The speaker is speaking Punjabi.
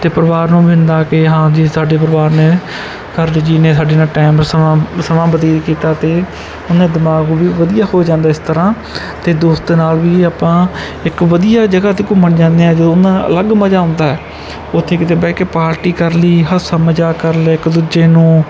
ਅਤੇ ਪਰਿਵਾਰ ਨੂੰ ਕੇ ਹਾਂਜੀ ਸਾਡੇ ਪਰਿਵਾਰ ਨੇ ਘਰ ਦੇ ਜੀਅ ਨੇ ਸਾਡੇ ਨਾਲ ਟੈਮ ਸਮਾਂ ਸਮਾਂ ਬਤੀਤ ਕੀਤਾ ਅਤੇ ਉਹਨੇ ਦਿਮਾਗ ਉਹ ਵੀ ਵਧੀਆ ਹੋ ਜਾਂਦਾ ਇਸ ਤਰ੍ਹਾਂ ਅਤੇ ਦੋਸਤ ਦੇ ਨਾਲ ਵੀ ਆਪਾਂ ਇੱਕ ਵਧੀਆ ਜਗ੍ਹਾ 'ਤੇ ਘੁੰਮਣ ਜਾਂਦੇ ਹਾਂ ਜੋ ਉਹਨਾਂ ਨਾਲ ਅਲੱਗ ਮਜ਼ਾ ਆਉਂਦਾ ਉੱਥੇ ਕਿਤੇ ਬਹਿ ਕੇ ਪਾਰਟੀ ਕਰ ਲਈ ਹਾਸਾ ਮਜ਼ਾਕ ਕਰ ਲਿਆ ਇੱਕ ਦੂਜੇ ਨੂੰ